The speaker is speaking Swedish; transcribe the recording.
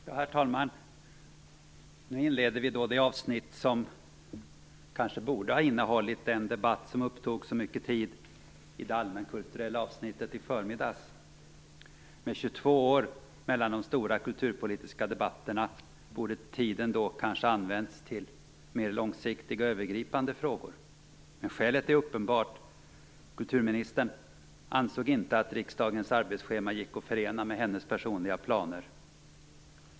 Herr talman! Nu inleder vi det avsnitt som kanske borde ha innehållit den debatt som upptog så mycket tid i det allmänkulturella avsnittet i förmiddags. Med 22 år mellan de stora kulturpolitiska debatterna borde tiden kanske ha använts till mer långsiktiga övergripande frågor. Skälet är uppenbart, kulturministern ansåg inte att riksdagens arbetsschema gick att förena med hennes personliga planer.